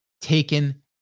taken